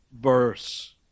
verse